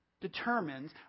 determines